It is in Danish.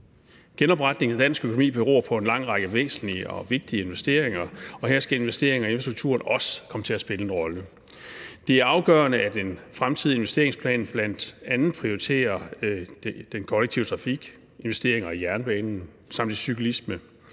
Genopretningen af dansk økonomi beror på en lang række væsentlige og vigtige investeringer, og her skal investeringer i infrastrukturen også komme til at spille en rolle. Det er afgørende, at en fremtidig investeringsplan bl.a. prioriterer den kollektive trafik og investeringer i jernbanen og i cyklisme.